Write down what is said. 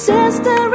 Sister